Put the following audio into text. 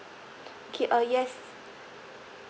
okay uh yes